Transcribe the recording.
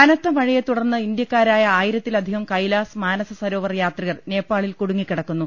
കനത്ത മഴയെ തുടർന്ന് ഇന്ത്യക്കാരായ ആയിരത്തിലധികം കൈലാസ് മാനസസരോവർ യാത്രികർ നേപ്പാളിൽ കുടു ങ്ങിക്കിടക്കുന്നു